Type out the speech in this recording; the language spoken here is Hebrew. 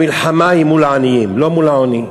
המלחמה היא מול העניים, לא מול העוני.